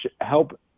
help